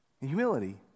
Humility